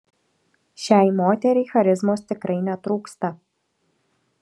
šiai moteriai charizmos tikrai netrūksta